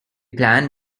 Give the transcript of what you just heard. plan